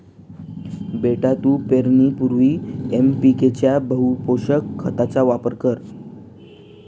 बेटा तू पेरणीपूर्वी एन.पी.के च्या बहुपोषक खताचा वापर कर